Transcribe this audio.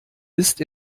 ist